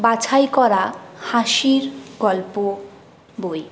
বাছাই করা হাসির গল্প বই